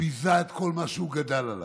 שביזה את כל מה שהוא גדל עליו.